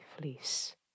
fleece